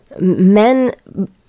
men